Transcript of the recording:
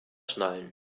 schnallen